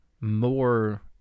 more